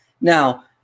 Now